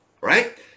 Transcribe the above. Right